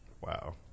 Wow